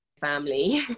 family